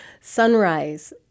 sunrise